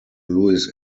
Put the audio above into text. louis